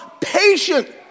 patient